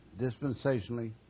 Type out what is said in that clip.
dispensationally